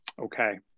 Okay